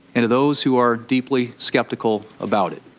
and to those who are deeply skeptical about it.